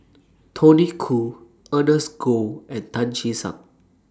Tony Khoo Ernest Goh and Tan Che Sang